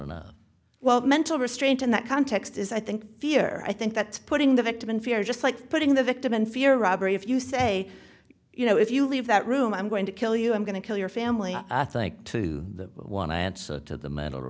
enough well mental restraint in that context is i think fear i think that's putting the victim in fear just like putting the victim in fear robbery if you say you know if you leave that room i'm going to kill you i'm going to kill your family i think to the want to answer to the mental